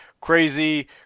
crazy